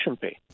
pay